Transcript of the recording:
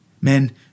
Men